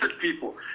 people